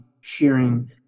sharing